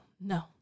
no